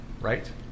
right